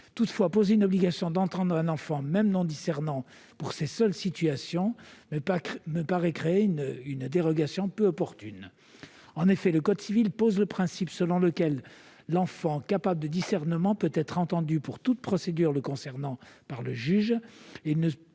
Toutefois, poser une obligation d'entendre l'enfant, même non discernant, dans ces seules situations revient à créer une dérogation peu opportune. En effet, le code civil pose le principe selon lequel l'enfant capable de discernement peut être entendu par le juge pour toute procédure le concernant. Il ne me